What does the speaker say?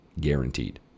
guaranteed